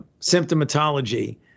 symptomatology